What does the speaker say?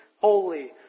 holy